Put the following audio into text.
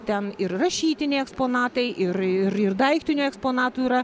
ten ir rašytiniai eksponatai ir ir ir daiktinių eksponatų yra